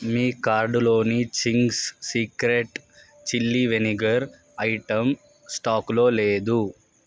మీ కార్డులోని Ching's secret chilli vinegar item స్టాకులో లేదు